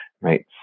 right